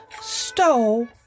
stole